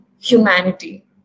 humanity